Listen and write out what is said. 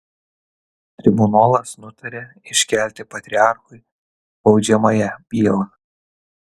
tribunolas nutaria iškelti patriarchui baudžiamąją bylą